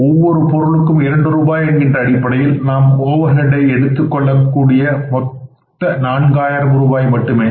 ஒவ்வொரு பொருளுக்கும் இரண்டு ரூபாய் என்கின்ற அடிப்படையில் நாம் ஓவர் ஹெட் ஆக எடுத்துக் கொள்ளக்கூடிய மொத்தம் நான்காயிரம் ரூபாய் மட்டுமே